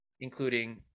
including